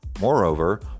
Moreover